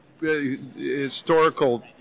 historical